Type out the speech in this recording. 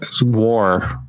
War